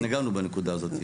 נגענו בנקודה הזאת.